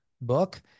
book